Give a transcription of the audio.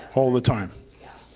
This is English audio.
all the time.